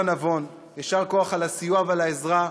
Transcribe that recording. נבון: יישר כוח על הסיוע ועל העזרה.